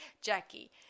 Jackie